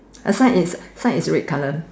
ah side is side is red colour